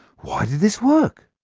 why did this work?